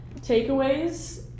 takeaways